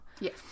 Yes